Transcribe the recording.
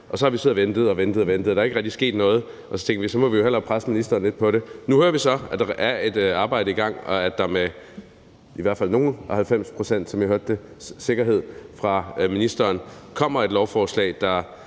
Og så har vi ventet, ventet og ventet, og der er ikke rigtig sket noget, og så tænkte vi, at så må vi jo hellere presse ministeren lidt på det. Nu hører vi så, at der er et arbejde i gang, og at der med i hvert fald nogle og halvfems procents sikkerhed, som jeg hørte det fra ministeren, kommer et lovforslag, der